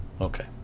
Okay